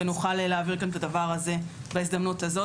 ונוכל להעביר כאן את הדבר הזה בהזדמנות הזאת.